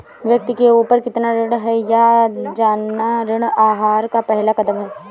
व्यक्ति के ऊपर कितना ऋण है यह जानना ऋण आहार का पहला कदम है